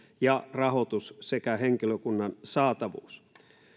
ja rahoitus sekä henkilökunnan saatavuus